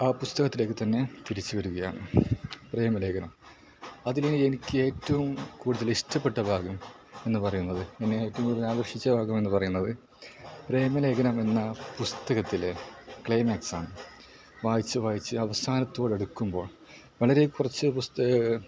ആ പുസ്തകത്തിലേക്ക് തന്നെ തിരിച്ച് വരികയാണ് പ്രേമലേഖനം അതിൽ എനിക്ക് ഏറ്റവും കൂടുതൽ ഇഷ്ടപ്പെട്ട ഭാഗം എന്ന് പറയുന്നത് ഇങ്ങനെ ഏറ്റവും കൂടുതൽ ആകർഷിച്ച ഭാഗം എന്ന് പറയുന്നത് പ്രേമലേഖനം എന്ന പുസ്തകത്തിലെ ക്ലൈമാക്സാണ് വായിച്ച് വായിച്ച് അവസാനത്തോടടുക്കുമ്പോൾ വളരെ കുറച്ച് പുസ്തകം